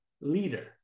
leader